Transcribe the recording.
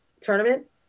tournament